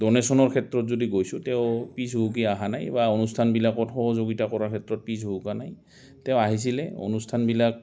ড'নেশ্যনৰ ক্ষেত্ৰত যদি গৈছোঁ তেওঁ পিছ ভুমুকি অহা নাই বা অনুষ্ঠানবিলাকত সহযোগিতা কৰাৰ ক্ষেত্ৰত পিছ ভুমুকা নাই তেওঁ আহিছিলে অনুষ্ঠানবিলাক